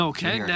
Okay